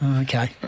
Okay